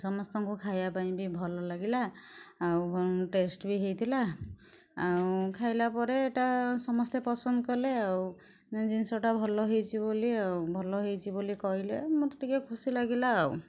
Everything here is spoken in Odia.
ସମସ୍ତଙ୍କୁ ଖାଇବା ପାଇଁ ବି ଭଲ ଲାଗିଲା ଆଉ ଟେଷ୍ଟ୍ ବି ହୋଇଥିଲା ଆଉ ଖାଇଲା ପରେ ସମସ୍ତେ ପସନ୍ଦ ବି କଲେ ଆଉ ଯେ ଜିନିଷଟା ଭଲ ହୋଇଛି ବୋଲି ଆଉ ଭଲ ହୋଇଛି ବୋଲି କହିଲେ ମୋତେ ଟିକେ ଖୁସି ଲାଗିଲା ଆଉ